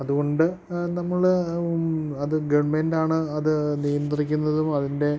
അതുകൊണ്ട് നമ്മള് അത് ഗവൺമെൻ്റാണ് അത് നിയന്ത്രിക്കുന്നതും അതിൻ്റെ